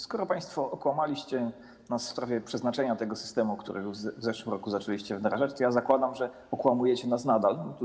Skoro państwo okłamaliście nas w sprawie przeznaczenia tego systemu, który w zeszłym roku zaczęliście wdrażać, to zakładam, że okłamujecie nas nadal.